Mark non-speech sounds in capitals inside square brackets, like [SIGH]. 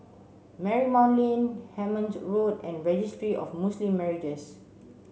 Marymount Lane Hemmant Road and Registry of Muslim [UNINTELLIGIBLE]